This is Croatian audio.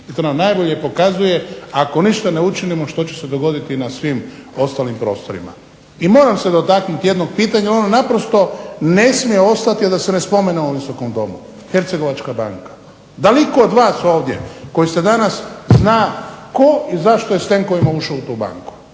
I to nam najbolje pokazuje, ako ništa ne učinimo što će se na dogoditi na svim ostalim prostorima. I moram se dotaknuti jednog pitanja, ono naprosto ne smije ostati a da se ne spomene u ovom Visokom domu, hercegovačka banka. Da li itko od vas ovdje, koji se danas zna tko i zašto je s tenkovima ušao u tu banku.